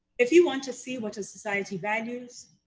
if you want to see what a society values,